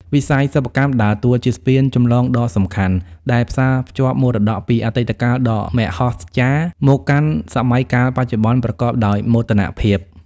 វិស័យសិប្បកម្មដើរតួជាស្ពានចម្លងដ៏សំខាន់ ដែលផ្សារភ្ជាប់មរតកពីអតីតកាលដ៏មហស្ចារ្យ មកកាន់សម័យកាលបច្ចុប្បន្នប្រកបដោយមោទនភាព។